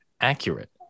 accurate